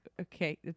okay